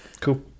Cool